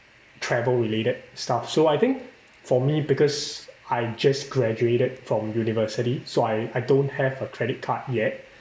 travel related stuff so I think for me because I just graduated from university so I I don't have a credit card yet